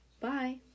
Bye